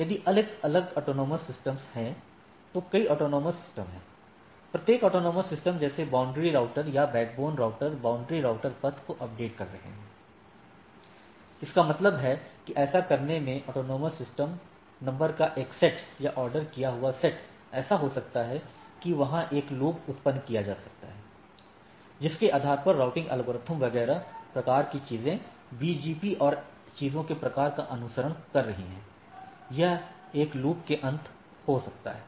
यदि अलग अलग स्वायत्त प्रणालियां हैं तो कई स्वायत्त प्रणालियां हैं प्रत्येक स्वायत्त प्रणाली जैसे बाउंड्री राउटर या बैकबोन राउटर बाउंड्री राउटर पथ को अपडेट कर रहे हैं इसका मतलब है कि ऐसा करने में एएस नंबर का एक सेट या ऑर्डर किया हुआ सेट ऐसा हो सकता है कि वहाँ एक लूप उत्पन्न किया जा सकता है जिसके आधार पर राउटिंग एल्गोरिदम वगैरह प्रकार की चीजें बीजीपी और चीजों के प्रकार का अनुसरण कर रही हैं यह एक लूप में अंत हो सकता है